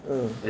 mm